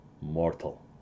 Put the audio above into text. mortal